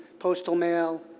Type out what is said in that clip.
postal mail,